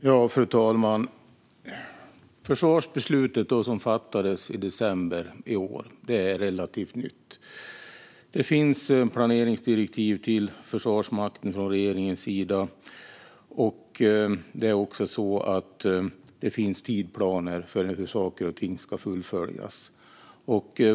Fru talman! Försvarsbeslutet, som fattades i december förra året, är relativt nytt. Det finns ett planeringsdirektiv från regeringen till Försvarsmakten, och det finns tidsplaner när det gäller hur saker och ting ska fullföljas.